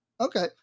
Okay